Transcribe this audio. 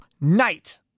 night